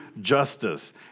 justice